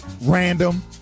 random